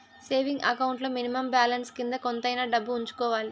saving account లో minimum balance కింద కొంతైనా డబ్బు ఉంచుకోవాలి